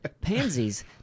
pansies